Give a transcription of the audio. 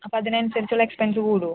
അപ്പം അതിന് അനുസരിച്ചുള്ള എക്സ്പെൻസ് കൂടുമോ